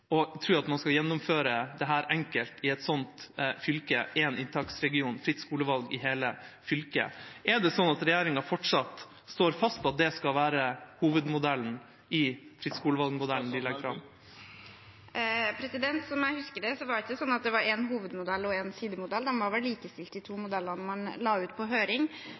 å tro at man skal gjennomføre dette enkelt i et sånt fylke, med én inntaksregion og fritt skolevalg i hele fylket. Er det sånn at regjeringa fortsatt står fast på at det skal være hovedmodellen i fritt skolevalg-modellen de legger fram? Sånn jeg husker det, var det ikke en hovedmodell og en sidemodell. De var vel likestilte, de to modellene man la ut på høring.